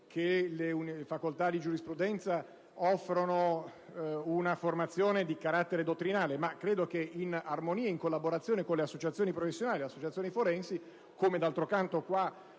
che le facoltà di giurisprudenza offrono una formazione di carattere dottrinale, ma credo che una collaborazione con le associazioni professionali e forensi, come d'altro canto nel